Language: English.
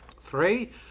Three